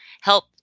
help